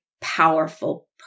powerful